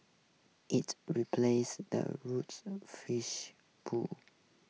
it replaces the roofs fish pool